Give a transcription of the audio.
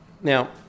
Now